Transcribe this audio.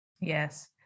Yes